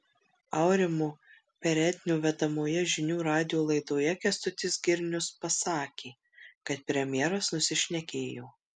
aurimo perednio vedamoje žinių radijo laidoje kęstutis girnius pasakė kad premjeras nusišnekėjo